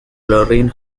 lorraine